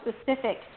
specific